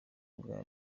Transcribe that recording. bwa